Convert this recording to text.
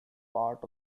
part